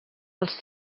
els